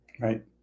right